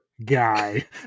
Guy